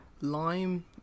lime